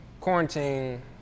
quarantine